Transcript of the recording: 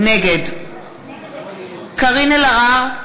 נגד קארין אלהרר,